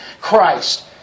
Christ